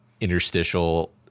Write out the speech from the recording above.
interstitial